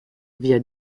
via